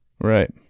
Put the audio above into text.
Right